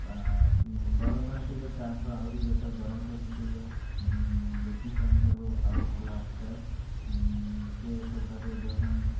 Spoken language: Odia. ବା ଗରମ ପାଣି ପିଇଲେ ତା ଠାରୁ ଆହୁରି ବେଟର ଗରମ କରିକି ପିଇଲେ ବ୍ଲିଚିଂ ପାଣି ଠାରୁ ଆହୁରି ଭଲ ଆସିଥାଏ ସେ ସବୁଠାରୁ ଦେହ ପାଇଁ